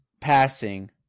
passing